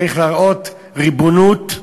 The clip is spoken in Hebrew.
צריך להראות ריבונות.